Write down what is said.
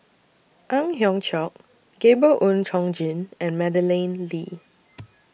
Ang Hiong Chiok Gabriel Oon Chong Jin and Madeleine Lee